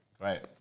Right